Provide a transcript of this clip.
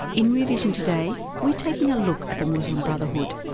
in rear vision today we're taking a look at the muslim brotherhood,